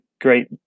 great